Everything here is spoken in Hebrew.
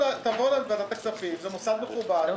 תדברו לקראת שנה הבאה.